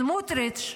סמוטריץ'